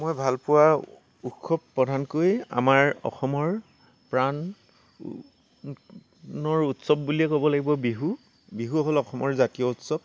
মই ভাল পোৱা উৎসৱ প্ৰধানকৈ আমাৰ অসমৰ প্ৰাণ ণৰ উৎসৱ বুলিয়ে ক'ব লাগিব বিহু বিহু হ'ল অসমৰ জাতীয় উৎসৱ